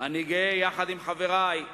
אני גאה, עם חברי,